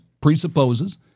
presupposes